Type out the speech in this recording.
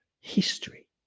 history